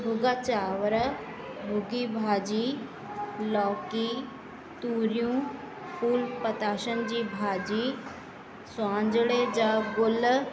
भुगा चांवर भुगी भाॼी लौकी तूरियूं फूल पताशनि जी भाॼी स्वांजड़े जा गुल